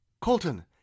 Colton